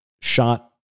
shot